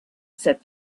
said